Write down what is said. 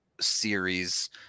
series